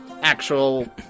actual